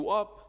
up